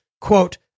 quote